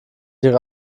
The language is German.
ihre